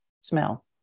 smell